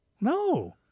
No